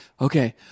Okay